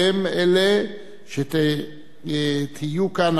אתם אלה שתהיו כאן,